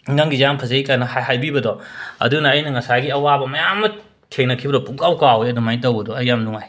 ꯅꯪꯒꯤꯁꯦ ꯌꯥꯝ ꯐꯖꯩ ꯀꯥꯏꯅ ꯍꯥꯏ ꯍꯥꯏꯕꯤꯕꯗꯣ ꯑꯗꯨꯅ ꯑꯩꯅ ꯉꯁꯥꯏꯒꯤ ꯑꯋꯥꯕ ꯃꯥꯌꯝ ꯑꯃ ꯊꯦꯡꯅꯈꯤꯕꯗꯣ ꯄꯨꯝꯀꯥꯎ ꯀꯥꯎꯋꯦ ꯑꯗꯨꯃꯥꯏꯅ ꯇꯧꯕꯗꯣ ꯑꯩ ꯌꯥꯝ ꯅꯨꯡꯉꯥꯏ